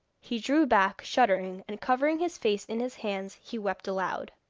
he drew back shuddering, and covering his face in his hands he wept aloud.